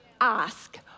Ask